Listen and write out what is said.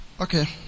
Okay